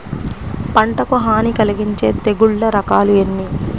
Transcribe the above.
పంటకు హాని కలిగించే తెగుళ్ల రకాలు ఎన్ని?